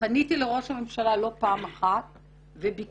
פניתי לראש הממשלה לא פעם אחת וביקשתי